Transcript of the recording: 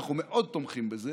אנחנו מאוד תומכים בזה,